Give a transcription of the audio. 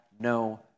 no